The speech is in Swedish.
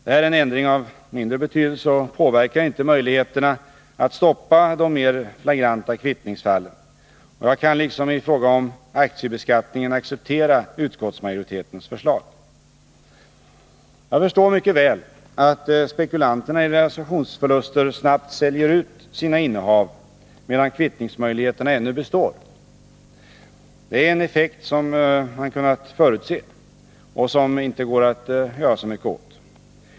Detta är en ändring av mindre betydelse och påverkar inte möjligheterna att stoppa de mer flagranta kvittningsfallen. Jag kan liksom i fråga om aktiebeskattningen acceptera utskottsmajoritetens förslag. Jag förstår mycket väl att spekulanterna i realisationsförluster snabbt säljer ut sina innehav medan kvittningsmöjligheterna ännu består. Det är en effekt som man kunnat förutse och som inte går att göra något åt.